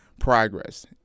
progress